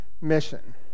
mission